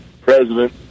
president